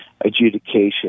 adjudication